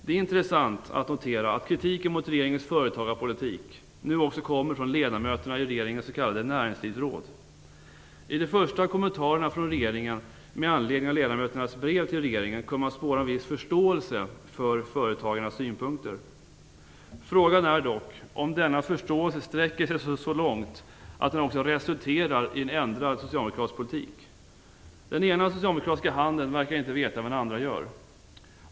Det är intressant att notera att kritiken mot regeringens företagarpolitik nu också kommer från ledamöterna i regeringens s.k. näringslivsråd. I de första kommentarerna från regeringen med anledning av ledamöternas brev till regeringen kunde man spåra en viss förståelse för företagarnas synpunkter. Frågan är dock om denna förståelse sträcker sig så långt att den också resulterar i en ändrad socialdemokratisk politik. Den ena socialdemokratiska handen verkar inte veta vad den andra gör.